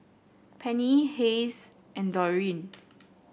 Penny Hays and Doreen